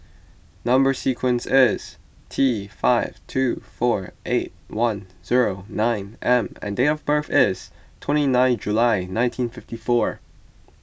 Number Sequence is T five two four eight one zero nine M and date of birth is twenty nine July nineteen fifty four